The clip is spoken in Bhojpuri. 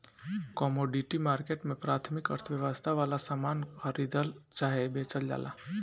कमोडिटी मार्केट में प्राथमिक अर्थव्यवस्था वाला सामान खरीदल चाहे बेचल जाला